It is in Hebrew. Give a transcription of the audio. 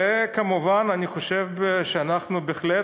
וכמובן אני חושב שאנחנו בהחלט,